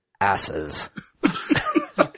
asses